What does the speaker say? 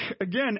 again